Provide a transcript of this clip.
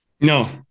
No